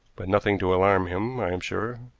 but nothing to alarm him, i am sure.